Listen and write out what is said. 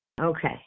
Okay